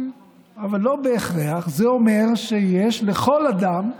אבל זה לא בהכרח אומר שיש לכל אדם תחליף,